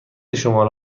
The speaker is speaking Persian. شماره